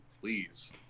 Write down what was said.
please